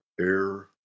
air